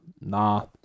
Nah